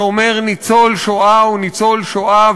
שאומר: ניצול שואה הוא ניצול שואה,